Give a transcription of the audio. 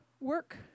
work